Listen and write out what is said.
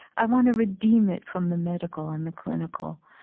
i want to redeem it from the medical and the clinical.